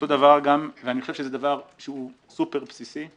אני חושב שזה דבר שהוא סופר בסיסי.